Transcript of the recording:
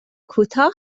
کوتاه